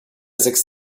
sechs